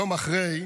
יום אחרי,